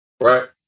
Right